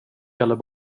gäller